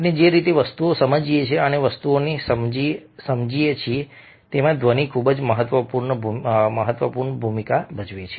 આપણે જે રીતે વસ્તુઓને સમજીએ છીએ અને વસ્તુઓ સમજીએ છીએ તેમાં ધ્વનિ ખૂબ જ મહત્વપૂર્ણ ભૂમિકા ભજવે છે